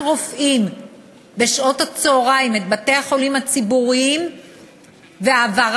רופאים את בתי-החולים הציבוריים בשעות הצהריים,